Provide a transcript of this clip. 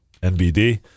NBD